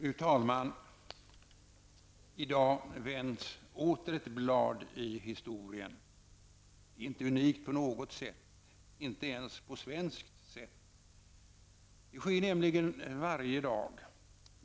Fru talman! I dag vänds åter ett blad i historien. Det är inte unikt på något sätt, inte ens på svenskt sätt. Det sker nämligen varje dag.